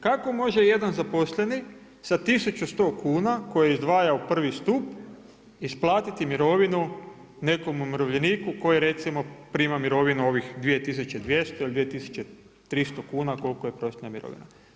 Kako može jedan zaposleni sa 1100 kuna koje izdvaja u prvi stup isplatiti mirovinu nekom umirovljeniku koji recimo prima mirovinu ovih 2200 ili 2300 kuna koliko je prosječna mirovina?